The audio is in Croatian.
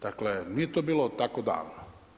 Dakle, nije to bilo tako davno.